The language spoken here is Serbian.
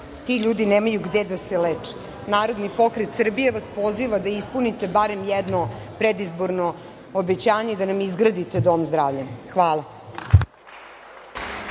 Isteklo vam je vreme.)Narodni pokret Srbije vas poziva da ispunite barem jedno predizborno obećanje i da nam izgradite dom zdravlja. Hvala.